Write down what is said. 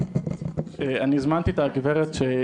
אתם רואים